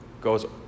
goes